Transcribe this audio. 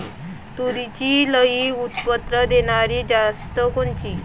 तूरीची लई उत्पन्न देणारी जात कोनची?